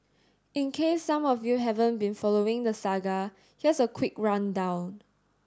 in case some of you haven't been following the saga here's a quick rundown